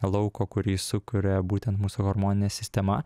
lauko kurį sukuria būtent mūsų hormoninė sistema